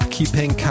Keeping